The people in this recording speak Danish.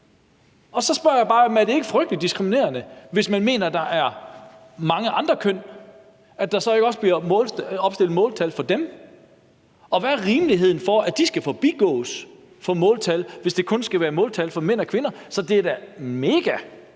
Og så spørger jeg bare, om det ikke er frygtelig diskriminerende, hvis man mener, at der er mange andre køn, at der så ikke også bliver opstillet måltal for dem. Hvad er rimeligheden i, at de skal forbigås i forhold til måltal, altså hvis det kun skal være måltal for mænd og kvinder? Så det er da